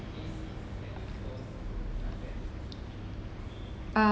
uh